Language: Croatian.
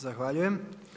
Zahvaljujem.